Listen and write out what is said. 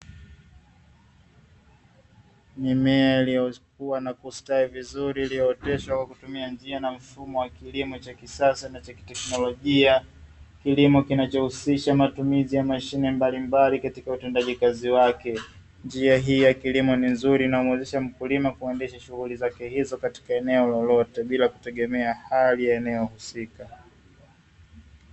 Mimea iliyokuwa na kustawi vizuri iliyooteshwa kwa kutumia njia na mfumo wa kilimo cha kisasa na cha kiteknolojia, kilimo kinachohusisha matumizi ya mashine mbalimbali katika utendaji kazi wake, njia hii ya kilimo ni nzuri inayomuwezesha mkulima kuanzisha shughuli zake hizo katika eneo lolote bila kutegemea hali ya eneo husika.